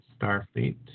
Starfleet